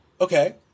Okay